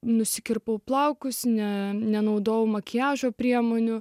nusikirpau plaukus ne nenaudoju makiažo priemonių